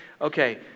Okay